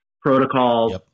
protocols